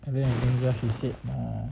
and then in the end she just say nah